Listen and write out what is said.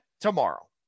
tomorrow